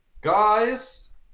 Guys